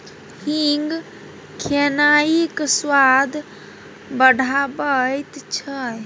हींग खेनाइक स्वाद बढ़ाबैत छै